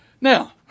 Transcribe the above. Now